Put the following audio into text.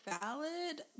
valid